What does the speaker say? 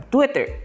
Twitter